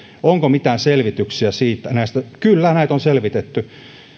onko mitään selvityksiä näistä kyllä näitä on selvitetty